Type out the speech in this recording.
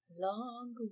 long